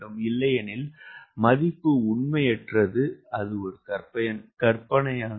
இல்லையெனில் மதிப்பு உண்மையற்றது கற்பனையானது